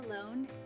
alone